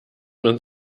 man